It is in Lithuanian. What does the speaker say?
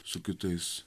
su kitais